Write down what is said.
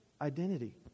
identity